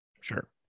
Sure